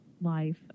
life